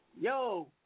yo